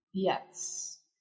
yes